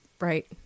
right